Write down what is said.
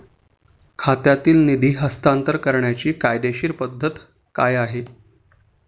खात्यातील निधी हस्तांतर करण्याची कायदेशीर पद्धत काय आहे?